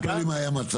תספר לי מה המצב